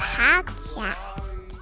podcast